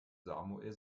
samuel